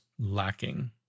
lacking